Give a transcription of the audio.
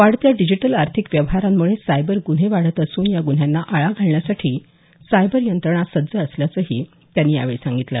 वाढत्या डिजिटल आर्थिक व्यवहारांमुळे सायबर गुन्हे वाढत असून या गुन्ह्यांना आळा घालण्यासाठी सायबर यंत्रणा सज्ज असल्याचंही त्यांनी यावेळी सांगितलं